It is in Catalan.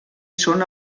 són